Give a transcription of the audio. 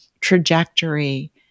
trajectory